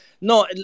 No